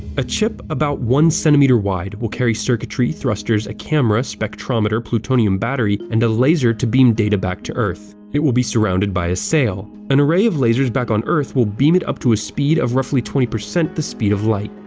a chip about one-centimeter wide will carry circuitry, thrusters, a camera, spectrometer, plutonium battery, and a laser beam to send data back to earth. it will be surrounded by a sail. an array of lasers back on earth will beam it up to a speed of roughly twenty percent the speed of light.